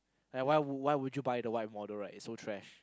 like why why would you buy the white model right it's so trash